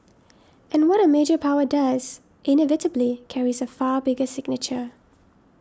and what a major power does inevitably carries a far bigger signature